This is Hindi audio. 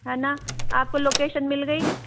है न आपको लोकेशन मिल गई